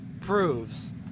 proves